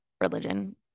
religion